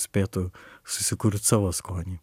spėtų susikurt savo skonį